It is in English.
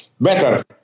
Better